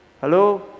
Hello